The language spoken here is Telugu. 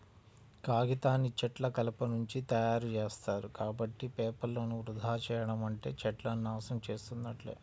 కాగితాన్ని చెట్ల కలపనుంచి తయ్యారుజేత్తారు, కాబట్టి పేపర్లను వృధా చెయ్యడం అంటే చెట్లను నాశనం చేసున్నట్లే